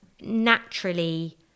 naturally